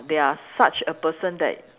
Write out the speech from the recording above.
they are such a person that